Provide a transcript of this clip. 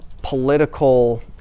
political